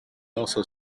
also